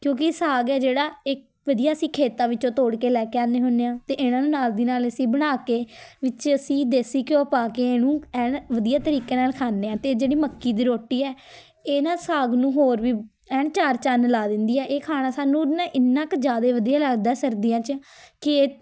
ਕਿਉਂਕਿ ਸਾਗ ਹੈ ਜਿਹੜਾ ਇੱਕ ਵਧੀਆ ਅਸੀਂ ਖੇਤਾਂ ਵਿੱਚੋਂ ਤੋੜ ਕੇ ਲੈ ਕੇ ਆਉਂਦੇ ਹੁੰਦੇ ਹਾਂ ਅਤੇ ਇਹਨਾਂ ਨੂੰ ਨਾਲ਼ ਦੀ ਨਾਲ਼ ਅਸੀਂ ਬਣਾ ਕੇ ਵਿੱਚ ਅਸੀਂ ਦੇਸੀ ਘਿਓ ਪਾ ਕੇ ਇਹਨੂੰ ਐਨ ਵਧੀਆ ਤਰੀਕੇ ਨਾਲ਼ ਖਾਂਦੇ ਹਾਂ ਅਤੇ ਜਿਹੜੀ ਮੱਕੀ ਦੀ ਰੋਟੀ ਹੈ ਇਹ ਨਾ ਸਾਗ ਨੂੰ ਹੋਰ ਵੀ ਐਨ ਚਾਰ ਚੰਨ ਲਾ ਦਿੰਦੀ ਹੈ ਇਹ ਖਾਣਾ ਸਾਨੂੰ ਨਾ ਇੰਨਾ ਕੁ ਜ਼ਿਆਦਾ ਵਧੀਆ ਲੱਗਦਾ ਸਰਦੀਆਂ 'ਚ ਕਿ ਇਹ